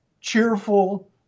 cheerful